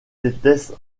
déteste